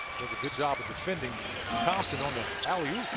does a good job of defending thompson on the alley-oop.